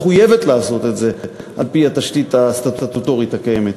מחויבת לעשות את זה על-פי התשתית הסטטוטורית הקיימת.